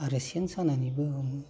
आरो सेन सानानैबो हमो